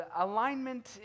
alignment